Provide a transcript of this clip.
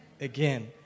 Again